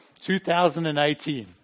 2018